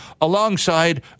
alongside